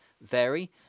vary